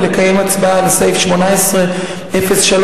ולקיים הצבעה על סעיף 180306,